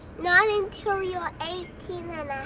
not until you're eighteen